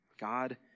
God